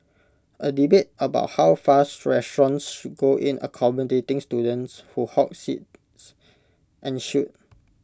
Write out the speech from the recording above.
A debate about how far restaurants should go in accommodating students who hog seats ensued